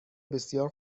بسیار